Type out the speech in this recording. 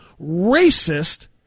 racist